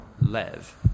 Lev